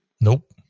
Nope